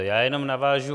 Já jenom navážu.